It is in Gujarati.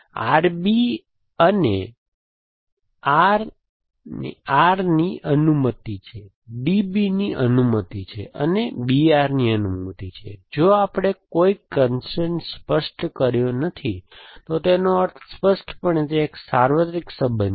RB અને ને R R ની અનુમતિ છે DB ની અનુમતિ છે અને BR ની અનુમતિ છે જો આપણે કોઈ કન્સ્ટ્રેઇન સ્પષ્ટ કર્યો નથી તો તેનો અર્થ સ્પષ્ટપણે તે એક સાર્વત્રિક સંબંધ છે